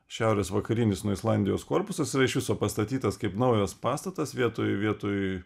šiaurės vakarinis nuo islandijos korpusas iš viso pastatytas kaip naujas pastatas vietoj vietoj